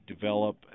develop